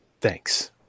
Thanks